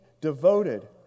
devoted